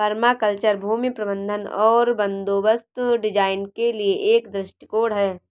permaculture भूमि प्रबंधन और बंदोबस्त डिजाइन के लिए एक दृष्टिकोण है